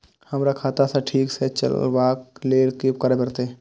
हमरा खाता क ठीक स चलबाक लेल की करे परतै